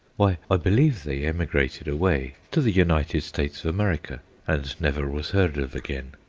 why, i believe they emigrated away to the united states of america and never was heard of again,